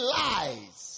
lies